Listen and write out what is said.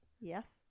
Yes